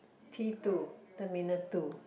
T two terminal two